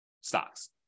stocks